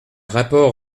rapport